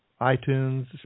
iTunes